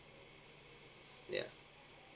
ya